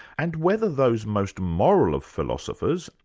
and whether those most moral of philosophers,